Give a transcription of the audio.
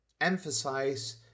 emphasize